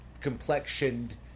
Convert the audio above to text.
complexioned